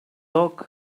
dog